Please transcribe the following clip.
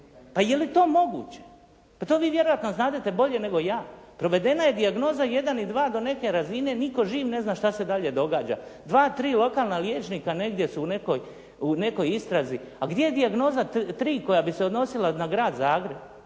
Pa je li to moguće? Pa to vi vjerojatno znadete bolje nego ja. Provedena je Dijagnoza 1 i 2 do neke razine. Nitko živ ne zna što se dalje događa. Dva, tri lokalna liječnika negdje su u nekoj istrazi, a gdje je Dijagnoza 3 koja bi se odnosila na grad Zagreb.